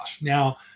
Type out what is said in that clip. Now